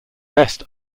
best